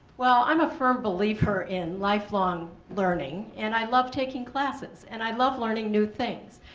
well i'm a firm believer in life long learning and i love taking classes and i love learning new things.